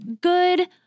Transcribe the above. good